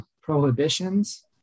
prohibitions